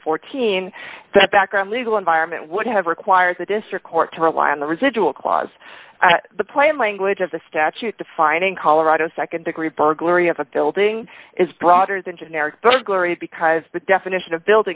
fourteen that background legal environment would have required the district court to rely on the residual clause the plain language of the statute defining colorado nd degree burglary of a building is broader than generic burglary because the definition of building